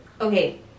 Okay